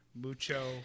mucho